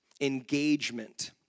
engagement